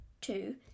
two